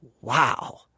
wow